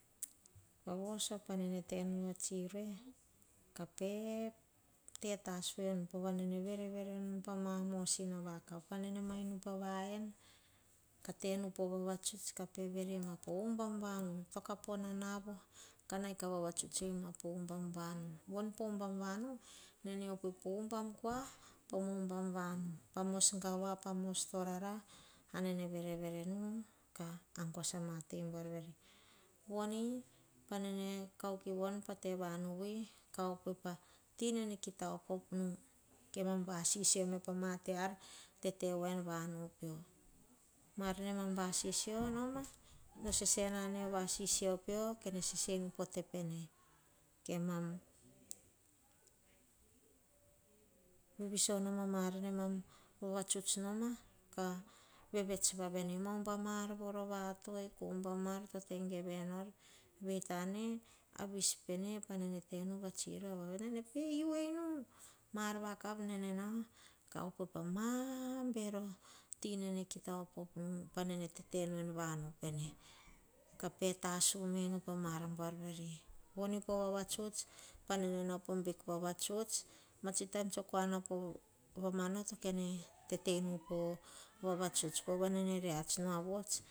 Pa voso va tsi rue ka pe tasu we nu, po ne vere vere nu pa mosina vakav pa mainu pa va yen. Tenu pa vavatsuts ka pe ve rei pa umbum vanu, toka pa nanava, nai ka vavatsuts po umbum vanu, umbum vanu ne to opugi umbum kua, po umbam vanu pa mos gawa, pa mos torara ana ne vere vere nu ka anguas ka niti buar veri. Voni pa ne ne kauki pa te vanu vi. ka opugi pa ti kita op op nu, ke mam vasisio ta ar tete waien vanu, vasisio no ma sese na ne va sisio pio, ke ne sese nu a te pene kemam viviso no mar ne mam vavatsuts noma ka vevets wa veni umbam ar voro va tugi umbamto teig geve nor, ven tang a vis pene nau ka op ma bero to kita op op nu pa na te nu en vanu pene. Ka pe tasu me nu pa mar veri pa ne nau po bik vavatsuts, matsi taim nau po mama noto kene tete nu po vavatsuts, vavanu reats ma vos